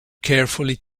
carefully